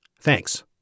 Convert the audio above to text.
Thanks